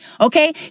okay